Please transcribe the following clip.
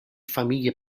famiglie